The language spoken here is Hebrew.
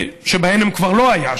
שבהן היא כבר לא הייתה,